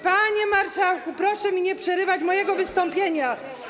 Panie marszałku, proszę mi nie przerywać wystąpienia.